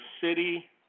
city